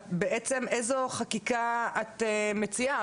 את בעצם איזו חקיקה את מציעה?